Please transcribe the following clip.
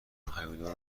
هیولا